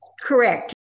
correct